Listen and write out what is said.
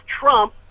Trump